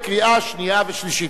לקריאה שנייה ושלישית.